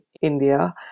India